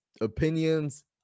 opinions